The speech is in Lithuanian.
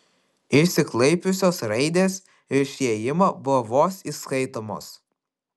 išsiklaipiusios raidės virš įėjimo buvo vos įskaitomos